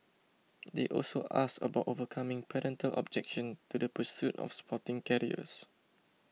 they also asked about overcoming parental objection to the pursuit of sporting careers